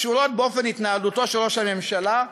קשורות באופן התנהלותו של ראש הממשלה.